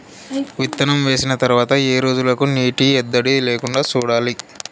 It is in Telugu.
విత్తనం వేసిన తర్వాత ఏ రోజులకు నీటి ఎద్దడి లేకుండా చూడాలి?